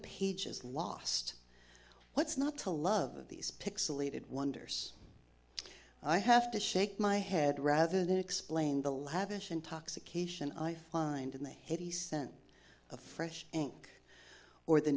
pages lost what's not to love these pixilated wonders i have to shake my head rather than explain the lavish intoxication i find in the way he sent a fresh ank or the